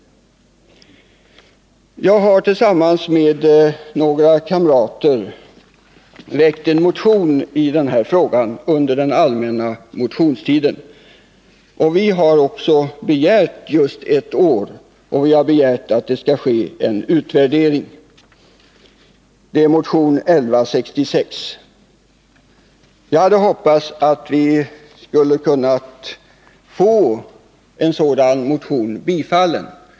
Jag har tillsammans med några kamrater under den allmänna motionstiden väckt en motion i denna fråga. Vi har också begärt ett försök på just ett år, och vi har anhållit att det skall ske en utvärdering. Detta är motion 1166. Jag hade hoppats att vi skulle kunna få denna motion bifallen.